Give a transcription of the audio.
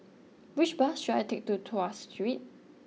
which bus should I take to Tras Street